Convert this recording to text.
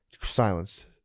Silence